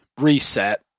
reset